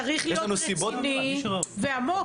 צריך להיות רציני ועמוק,